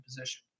position